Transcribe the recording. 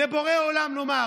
לבורא עולם נאמר